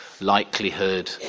likelihood